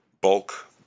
bulk